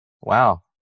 wow